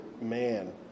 man